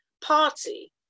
party